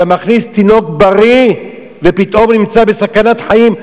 אתה מכניס תינוק בריא ופתאום נמצא בסכנת חיים,